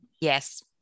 Yes